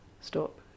stop